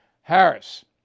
Harris